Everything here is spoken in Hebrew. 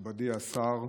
מכובדי השר,